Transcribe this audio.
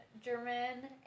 German